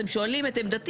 אז הם שואלים את עמדתי,